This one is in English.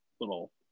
Little